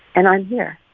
and i'm here,